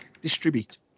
distribute